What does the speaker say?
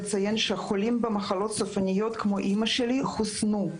חולים במחלות סופניות כמו אימא שלי חוסנו.